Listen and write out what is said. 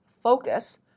focus